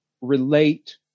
relate